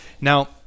Now